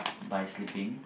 by sleeping